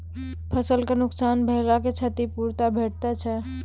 फसलक नुकसान भेलाक क्षतिपूर्ति भेटैत छै?